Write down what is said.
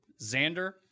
Xander